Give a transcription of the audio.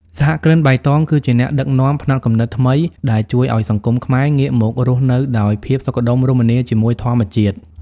សហគ្រិនបៃតងគឺជាអ្នកដឹកនាំផ្នត់គំនិតថ្មី ដែលជួយឱ្យសង្គមខ្មែរងាកមករស់នៅដោយភាពសុខដុមរមនាជាមួយធម្មជាតិ។